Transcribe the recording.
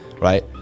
right